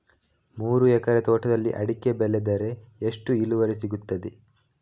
ಮೂರು ಎಕರೆ ತೋಟದಲ್ಲಿ ಅಡಿಕೆ ಬೆಳೆದರೆ ಎಷ್ಟು ಇಳುವರಿ ಸಿಗುತ್ತದೆ?